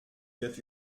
wird